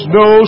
no